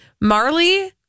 Marley